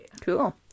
Cool